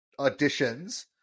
Auditions